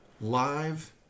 live